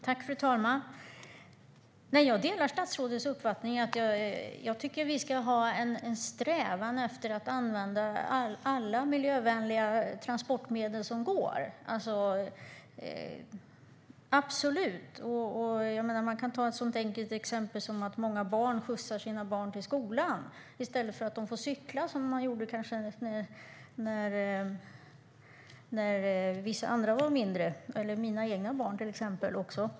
Fru talman! Jag delar statsrådets uppfattning. Jag tycker att vi ska ha en strävan att använda alla miljövänliga transportmedel som går, absolut. Man kan ta ett sådant enkelt exempel som att många föräldrar skjutsar sina barn till skolan i stället för att barnen får cykla, som vissa gjorde när de var mindre - mina egna barn, till exempel.